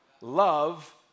Love